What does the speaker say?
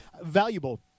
valuable